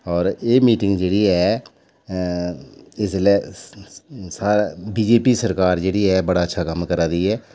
होर एह् मीटिंग जेह्ड़ी ऐ इसलै सा बीजेपी सरकार जेह्ड़ी ऐ बड़ा अच्छा कम्म करैा दी ऐ